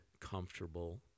comfortable